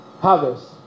harvest